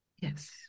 Yes